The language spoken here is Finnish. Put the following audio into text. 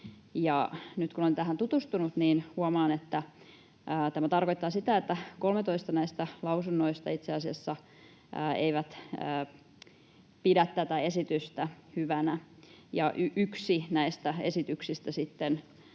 nyt kun olen tähän tutustunut, huomaan, että tämä tarkoittaa sitä, että 13 näistä lausunnoista itse asiassa ei pidä tätä esitystä hyvänä ja yhdessä niistä sitten